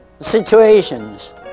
situations